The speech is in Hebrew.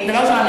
דבר ראשון,